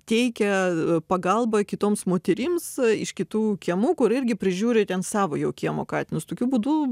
teikia pagalbą kitoms moterims iš kitų kiemų kur irgi prižiūri ten savo jau kiemo katinus tokiu būdu